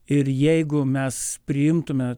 ir jeigu mes priimtume